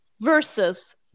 versus